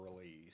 release